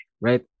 right